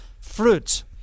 fruit